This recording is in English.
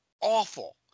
awful